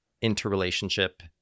interrelationship